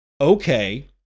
Okay